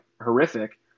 horrific